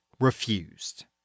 refused